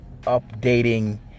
updating